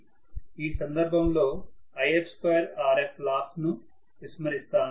ఈ సందర్భంలో If2Rfలాస్ ను విస్మరిస్తాను